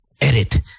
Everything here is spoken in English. edit